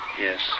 Yes